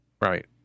right